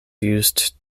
used